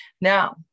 Now